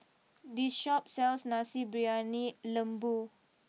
this Shop sells Nasi Briyani Lembu